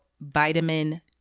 vitamin